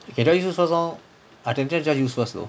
that's why just useless lor I think just damn useless though